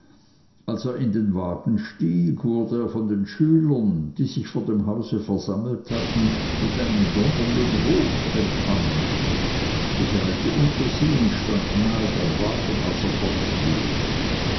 er in den wagen stieg wurde er von den schülern die sich vor dem hause versammelt hatten mit einem donnernden hoch empfangen ich eilte unter sie und stand nahe beim wagen als